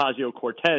Ocasio-Cortez